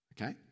okay